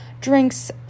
drinks